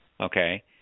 okay